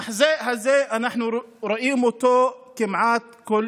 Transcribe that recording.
המחזה הזה, אנחנו רואים אותו כמעט כל